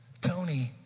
Tony